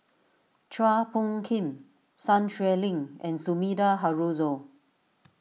Chua Phung Kim Sun Xueling and Sumida Haruzo